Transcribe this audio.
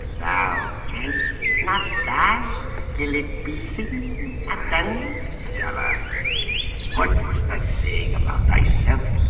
bow and smash bang phillyd be seen then stella what was that saying about myself?